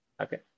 okay